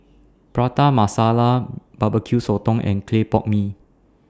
Prata Masala Barbecue Sotong and Clay Pot Mee